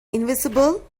invisible